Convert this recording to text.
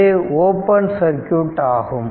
இது open circuit ஆகும்